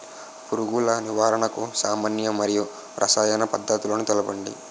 పురుగుల నివారణకు సామాన్య మరియు రసాయన పద్దతులను చెప్పండి?